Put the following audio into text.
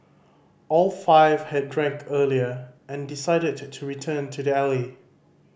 all five had drank earlier and decided to return to the alley